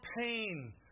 pain